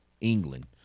England